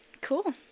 cool